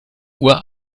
uhr